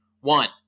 One